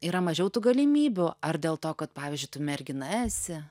yra mažiau tų galimybių ar dėl to kad pavyzdžiui tu mergina esi